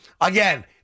Again